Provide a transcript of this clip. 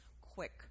quick